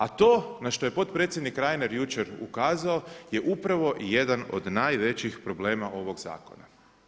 A to na što je potpredsjednik Reiner jučer ukazao je upravo jedan od najvećih problema ovog zakona.